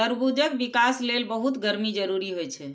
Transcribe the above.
तरबूजक विकास लेल बहुत गर्मी जरूरी होइ छै